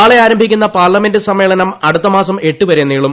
നാളെ ആരംഭിക്കുന്ന പാർലമെന്റ് സമ്മേളനം അടുത്തമാസം എട്ടു വരെ നീളും